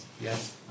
Yes